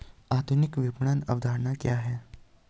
आधुनिक विपणन अवधारणा क्या है?